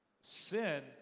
sin